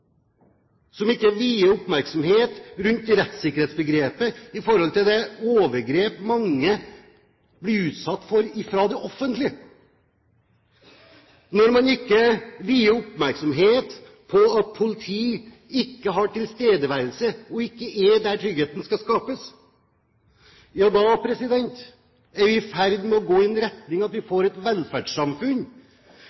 ikke vier rettsikkerhetsbegrepet oppmerksomhet med tanke på det overgrep mange blir utsatt for fra det offentlige, og når man ikke vier det oppmerksomhet at politi ikke har tilstedeværelse og ikke er der tryggheten skal skapes, ja da er vi i ferd med å gå i retning av at vi